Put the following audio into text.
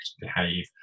behave